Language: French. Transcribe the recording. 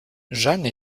jeanne